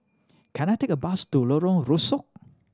can I take a bus to Lorong Rusuk